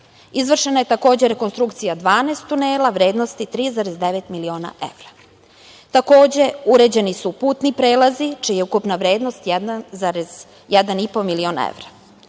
meseca. Izvršena je, takođe, rekonstrukcija 12 tunela, vrednosti 3,9 miliona evra. Takođe, uređeni su putni prelazi, čija je ukupna vrednost jedan zarez